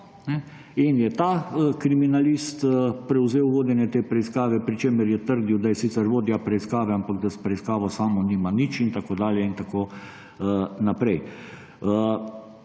in je ta kriminalist prevzel vodenje te preiskave, pri čemer je trdil, da je sicer vodja preiskave, ampak da s preiskavo samo nima nič in tako dalje in tako naprej.